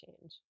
change